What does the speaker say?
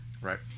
Right